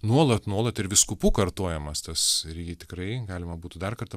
nuolat nuolat ir vyskupų kartojamas tas ir jį tikrai galima būtų dar kartą